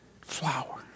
flower